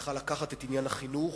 צריכה לקחת את עניין החינוך